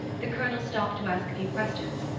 the colonel stopped to ask a few questions,